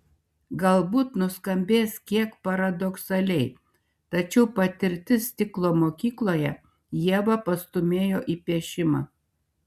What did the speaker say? galbūt nuskambės kiek paradoksaliai tačiau patirtis stiklo mokykloje ievą pastūmėjo į piešimą